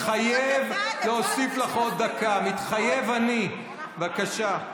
בוא נראה אותך מוסיף עוד דקה לכל מי שמפריעים לו.